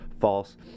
false